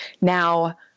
Now